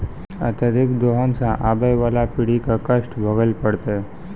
अत्यधिक दोहन सें आबय वाला पीढ़ी क कष्ट भोगै ल पड़तै